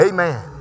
Amen